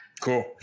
Cool